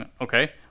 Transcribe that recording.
Okay